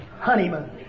honeymoon